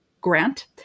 Grant